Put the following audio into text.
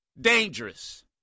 Dangerous